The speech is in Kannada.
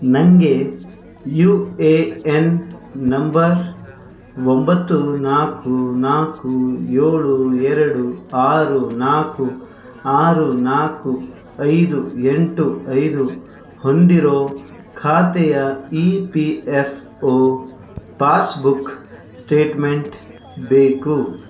ನನಗೆ ಯು ಎ ಎನ್ ನಂಬರ್ ಒಂಬತ್ತು ನಾಲ್ಕು ನಾಲ್ಕು ಏಳು ಎರಡು ಆರು ನಾಲ್ಕು ಆರು ನಾಲ್ಕು ಐದು ಎಂಟು ಐದು ಹೊಂದಿರೊ ಖಾತೆಯ E P F O passbook statement ಬೇಕು